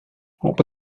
оба